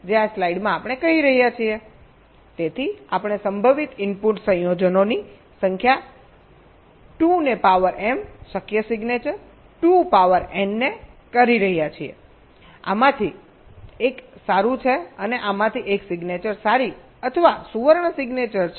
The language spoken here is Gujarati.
તેથી આપણે સંભવિત ઇનપુટ સંયોજનોની સંખ્યા 2 ને પાવર m શક્ય સિગ્નેચર 2 પાવર n ને કહી રહ્યા છીએ આમાંથી એક સારું છે અને આમાંથી એક સિગ્નેચર સારી અથવા સુવર્ણ સિગ્નેચર છે